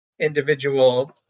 individual